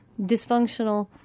dysfunctional